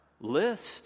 list